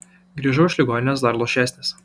grįžau iš ligoninės dar luošesnis